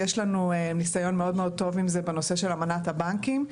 יש לנו ניסיון מאוד טוב עם זה בנושא של אמנת הבנקים.